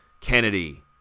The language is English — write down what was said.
Kennedy